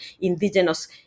indigenous